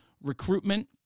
recruitment